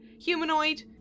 Humanoid